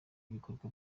ibikorwa